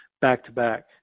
back-to-back